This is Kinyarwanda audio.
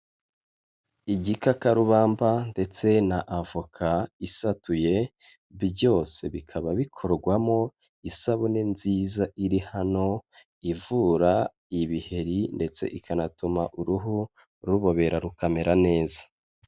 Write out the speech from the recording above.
Igikakarubamba ndetse na avoka isatuye byose bikaba bikorwamo isabune nziza iri hano ivura ibiheri ndetse ikanatuma uruhu rubobera rukamera neza.